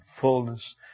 fullness